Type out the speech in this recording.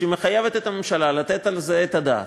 שמחייבת את הממשלה לתת על זה את הדעת.